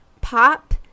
pop